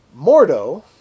Mordo